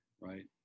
right